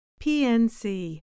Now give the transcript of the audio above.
PNC